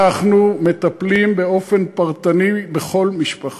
אנחנו מטפלים באופן פרטני בכל משפחה,